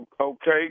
okay